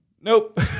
nope